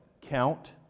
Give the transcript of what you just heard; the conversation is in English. Count